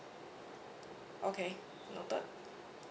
okay noted